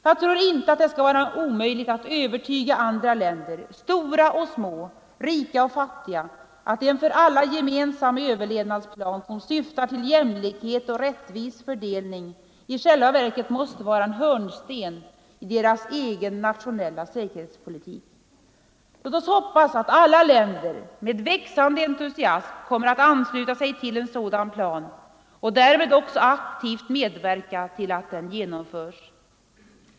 Jag tror inte det skall vara omöjligt att övertyga andra länder — stora och små, rika och fattiga — att en för alla gemensam överlevnadsplan, som syftar till jämlikhet och rättvis fördelning i själva verket måste vara en hörnsten i deras egen nationella säkerhetspolitik. Låt oss hoppas att alla länder, med växande entusiasm kommer att ansluta sig till en sådan plan och därmed också aktivt medverka till att den genomförs.